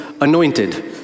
anointed